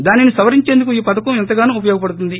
దానిని సరిచేసందుకు ఈ పథకం ఎంతగానో ఉపయోగపడుతోంది